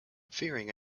fearing